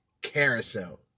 carousel